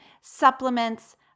supplements